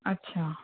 अच्छा